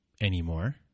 anymore